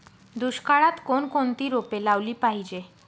दुष्काळात कोणकोणती रोपे लावली पाहिजे?